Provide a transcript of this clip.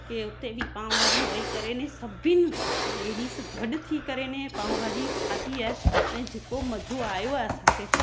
की हुते बि पाण वरी वेही करे न सभिनी लेडीस गॾु थी करे अने पाव भाजी खाधी आहे ऐं जेको मज़ो आयो आहेअसांखे